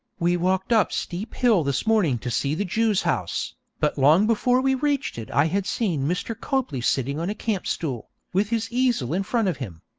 we walked up steep hill this morning to see the jews' house, but long before we reached it i had seen mr. copley sitting on a camp-stool, with his easel in front of him.